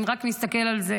אם רק נסתכל על זה,